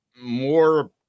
more